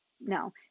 No